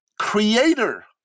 creator